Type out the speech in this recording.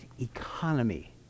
economy